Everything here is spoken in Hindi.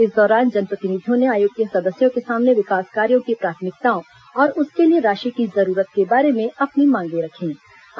इस दौरान जनप्रतिनिधियों ने आयोग के सदस्यों के सामने विकास कार्यों की प्राथमिकताओं और उसके लिए राशि की जरूरत के बारे में अपनी मांगें रखीं